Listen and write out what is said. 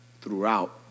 throughout